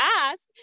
ask